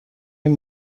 این